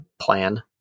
plan